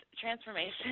transformation